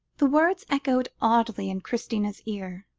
the words echoed oddly in christina's ears,